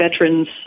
veterans